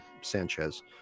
Sanchez